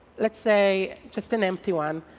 let's say just an empty one.